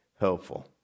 helpful